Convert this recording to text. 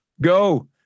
Go